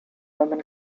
roman